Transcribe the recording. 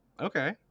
Okay